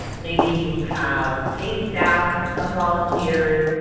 maybe you have paid staff and some volunteers,